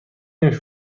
نمی